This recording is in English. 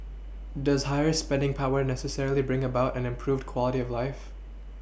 does higher spending power necessarily bring about an improved quality of life